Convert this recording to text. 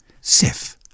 Sif